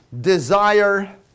desire